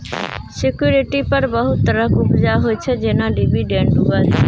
security पर बहुत तरहक उपजा होइ छै जेना डिवीडेंड उपज